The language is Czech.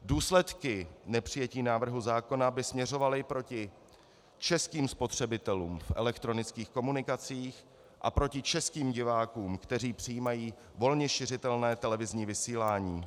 Důsledky nepřijetí návrhu zákona by směřovaly proti českým spotřebitelům v elektronických komunikacích a proti českým divákům, kteří přijímají volně šiřitelné televizní vysílání.